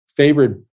Favorite